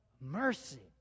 mercy